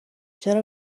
چرا